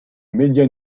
média